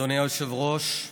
יחד בשביל ישראל.